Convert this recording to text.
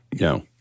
No